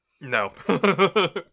No